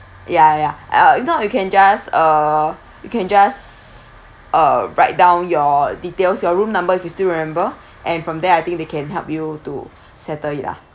ya ya uh if not you can just uh you can just uh write down your details your room number if you still remember and from there I think they can help you to settle it lah